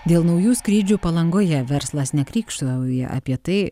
dėl naujų skrydžių palangoje verslas nekrykštauja apie tai